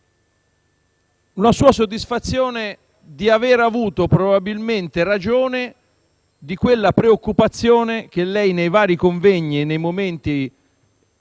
la sua soddisfazione per avere avuto probabilmente ragione di nutrire quella preoccupazione che, nei vari convegni e nei momenti